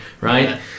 right